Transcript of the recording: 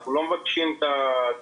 אנחנו לא מבקשים את התקציב,